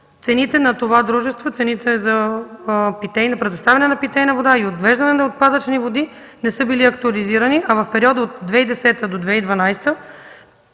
цените на това дружество, цените за предоставяне на питейна вода и отвеждане на отпадъчни води, не са били актуализирани, а в периода от 2010 до 2012